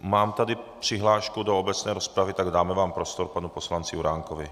Mám tady přihlášku do obecné rozpravy, tak dáme prostor panu poslanci Juránkovi.